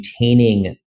maintaining